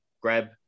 grab